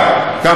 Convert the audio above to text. אגב.